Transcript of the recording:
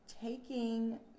taking